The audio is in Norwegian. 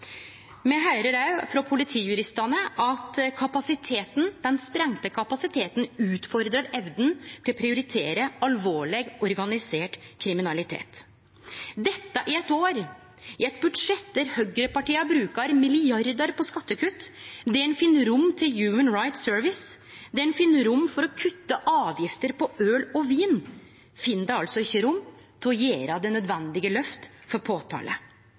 Me høyrer òg frå Politijuristene at kapasiteten, den sprengde kapasiteten, utfordrar evna til å prioritere alvorleg organisert kriminalitet. I eit år, i eit budsjett, der høgrepartia brukar milliardar på skattekutt, der dei finn rom til Human Rights Service, der dei finn rom for å kutte avgifter på øl og vin, finn dei altså ikkje rom til å gjere det nødvendige lyftet for påtale.